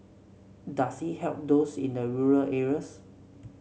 does it help those in the rural areas